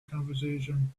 conversation